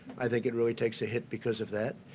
i think it really takes a hit because of that,